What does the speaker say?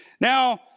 Now